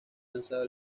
lanzado